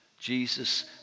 Jesus